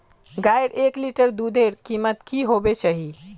गायेर एक लीटर दूधेर कीमत की होबे चही?